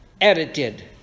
Edited